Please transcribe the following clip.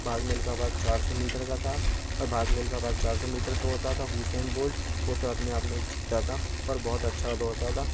भाग मिलखा भाग चार सौ मीटर का था और भाग मिलखा भाग चार सौ मीटर तोड़ता था हुसेंड बोल्ड वह तो अपने आप में एक चीता था पर बहुत अच्छा दौड़ता था